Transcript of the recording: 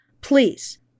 please